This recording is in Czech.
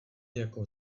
jako